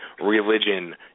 religion